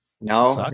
No